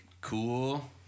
cool